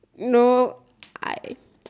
no I